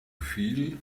feel